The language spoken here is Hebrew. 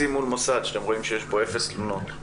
מוסד כשאתם רואים שיש בו אפס תלונות?